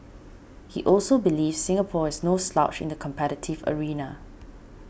he also believes Singapore is no slouch in the competitive arena